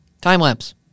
time-lapse